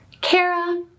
Kara